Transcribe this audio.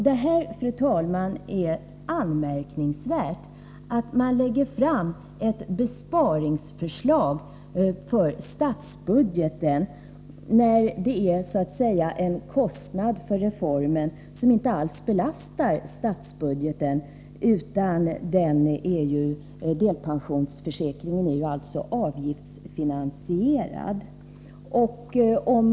Det är, fru talman, anmärkningsvärt att man lägger fram ett besparingsförslag för statsbudgeten, när kostnaderna för reformen inte alls belastar denna budget — delpensionsförsäkringen är ju avgiftsfinansierad.